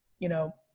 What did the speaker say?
you know,